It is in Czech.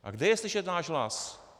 A kde je slyšet náš hlas?